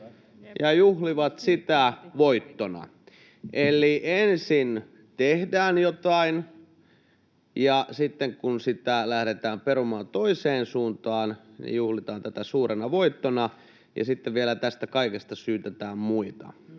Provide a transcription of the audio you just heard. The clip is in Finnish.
ja juhlivat sitä voittona. Eli ensin tehdään jotain, ja sitten kun sitä lähdetään perumaan toiseen suuntaan, niin juhlitaan tätä suurena voittona, ja sitten vielä tästä kaikesta syytetään muita.